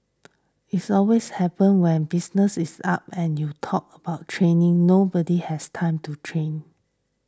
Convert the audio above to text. it always happens when business up and you talk about training nobody has time to train